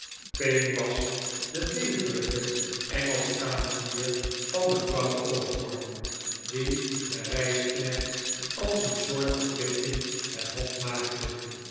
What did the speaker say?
payne was de degelijke engelsche kamenier van mevrouw osborne wie de reisknecht als een soort verplichting het hof maakte